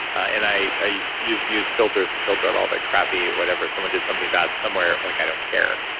and i i used news filters to filter out all that crappy, whatever someone did something bad somewhere like i don't care.